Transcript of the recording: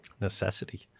Necessity